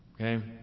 Okay